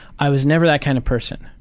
i was never that kind of person,